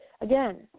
Again